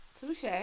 Touche